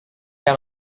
can